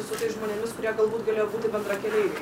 su tais žmonėmis kurie galbūt galėjo būti bendrakeleiviai